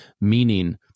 Meaning